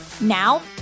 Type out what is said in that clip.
Now